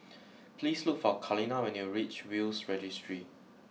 please look for Kaleena when you reach Will's Registry